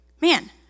Man